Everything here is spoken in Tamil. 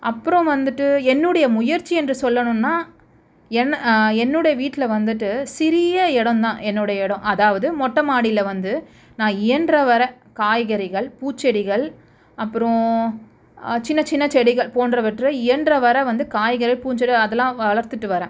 அப்பறம் வந்துட்டு என்னுடைய முயற்சி என்று சொல்லணும்னா என்ன என்னுடைய வீட்டில் வந்துட்டு சிறிய இடந்தான் என்னோடைய இடம் அதாவது மொட்டை மாடியில் வந்து நான் இயன்ற வரை காய்கறிகள் பூச்செடிகள் அப்புறம் சின்ன சின்ன செடிகள் போன்றவற்றை இயன்ற வரை வந்து காய்கறி பூஞ்செடி அதெல்லாம் வளர்த்துகிட்டு வரேன்